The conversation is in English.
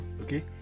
okay